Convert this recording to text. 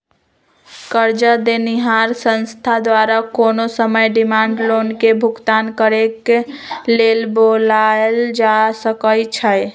करजा देनिहार संस्था द्वारा कोनो समय डिमांड लोन के भुगतान करेक लेल बोलायल जा सकइ छइ